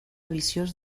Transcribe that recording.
viciós